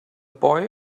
boy